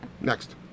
Next